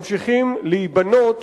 ממשיכים לבנות